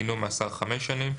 דינו - מאסר חמש שנים,